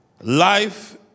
Life